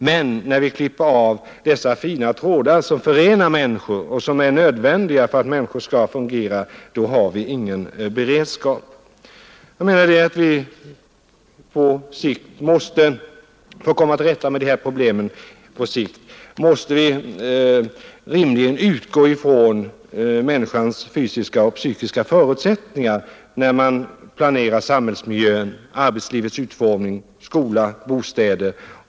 Men när vi klipper av de fina trådar som förenar människor och som är nödvändiga för att människor skall fungera, då har vi ingen beredskap. För att komma till rätta med dessa problem på sikt måste vi rimligen utgå från människans fysiska och psykiska förutsättningar när vi planerar samhällsmiljön, arbetslivets utformning, skola och bostäder.